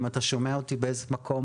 אם אתה שומע אותי באיזה שהוא מקום,